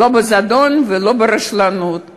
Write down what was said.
לא בזדון ולא ברשלנות,